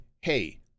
hey